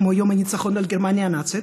כמו יום הניצחון על גרמניה הנאצית.